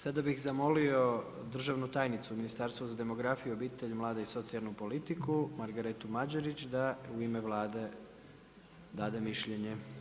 Sada bih zamolio državnu tajnicu iz Ministarstva za demografiju, obitelj, mlade i socijalnu politiku Margaretu Mađerić da u ime Vlade dade mišljenje.